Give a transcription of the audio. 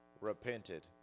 repented